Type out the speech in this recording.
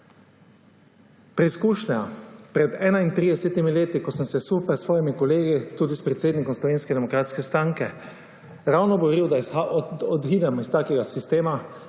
Preizkušnja pred 31 leti, ko sem s svojimi kolegi, tudi s predsednikom Slovenske demokratske stranke ravno govoril, da odidemo iz takega sistema,